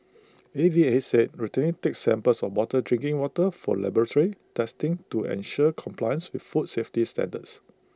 A V A said routinely takes samples of bottled drinking water for laboratory testing to ensure compliance with food safety standards